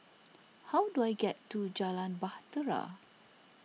how do I get to Jalan Bahtera